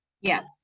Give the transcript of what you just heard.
Yes